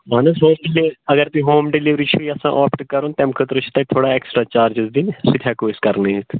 اَہن حظ اگر تُہی ہوم ڈٮ۪لؤری تہِ چھُو یَژھان آپٹ کَرُن تَمہِ خٲطرٕ چھِ تۄہہِ تھوڑا اٮ۪کٕسٹرا چارجِز دِنۍ سُہ تہِ ہٮ۪کو أسۍ کر نٲیِتھ